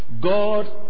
God